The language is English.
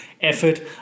effort